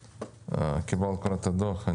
קיבלת כבר את הדוח.